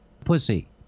Pussy